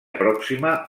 pròxima